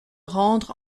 rendre